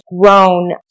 grown